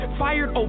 fired